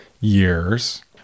years